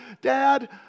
Dad